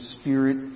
Spirit